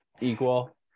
Equal